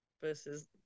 versus